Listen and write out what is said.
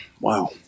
wow